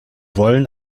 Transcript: wollen